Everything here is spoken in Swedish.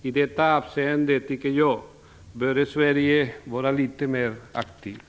I detta avseende bör Sverige enligt min mening vara litet mer aktivt.